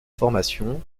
formation